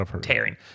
tearing